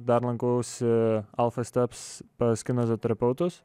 dar lankausi alfa steps pas kineziterapeutus